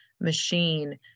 machine